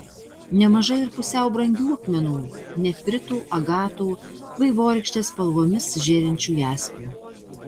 nemažai ir pusiau brangių akmenų nefritų agatų vaivorykštės spalvomis žėrinčių jaspių